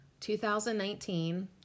2019